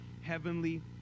Heavenly